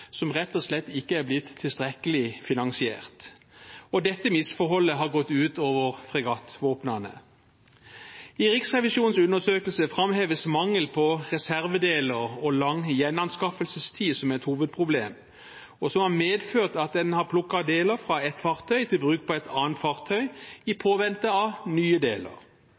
som rett og slett ikke er blitt tilstrekkelig finansiert. Dette misforholdet har gått ut over fregattvåpnene. I Riksrevisjonens undersøkelse framheves mangel på reservedeler og lang gjenanskaffelsestid som et hovedproblem, noe som har medført at en har plukket deler fra ett fartøy til bruk på et annet fartøy i påvente av nye deler.